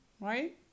right